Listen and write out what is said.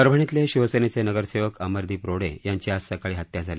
परभणीतले शिवसेनेचे नगरसेवक अमरदीप रोडे यांची आज सकाळी हत्या झाली